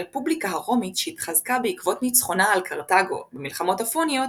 הרפובליקה הרומית שהתחזקה בעקבות ניצחונה על קרתגו במלחמות הפוניות,